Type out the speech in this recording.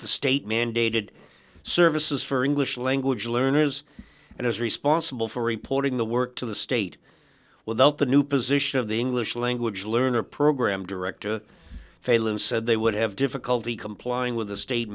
the state mandated services for english language learners and is responsible for reporting the work to the state without the new position of the english language learner program director phailin said they would have difficulty complying with the state